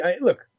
look